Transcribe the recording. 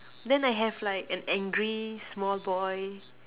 oh then I have like an angry small boy